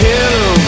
Hello